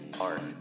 Art